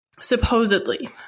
Supposedly